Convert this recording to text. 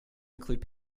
include